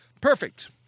Perfect